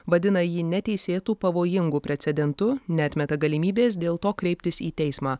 vadina jį neteisėtu pavojingu precedentu neatmeta galimybės dėl to kreiptis į teismą